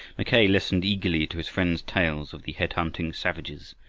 mackay listened eagerly to his friends' tales of the head-hunting savages,